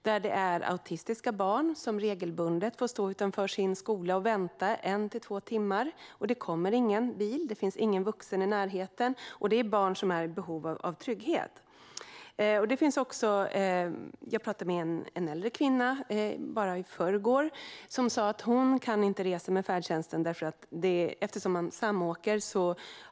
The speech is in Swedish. De handlar om autistiska barn som regelbundet får stå utanför sin skola och vänta en till två timmar utan att det kommer någon bil, och det finns ingen vuxen i närheten. Detta är barn som är i behov av trygghet. Jag talade i förrgår med en äldre kvinna. Hon kan inte resa med färdtjänsten eftersom man har samåkning.